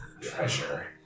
Treasure